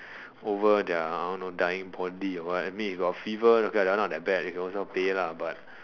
over their I don't know dying body or what I mean you got fever okay lah not that bad might as well pay lah